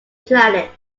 planet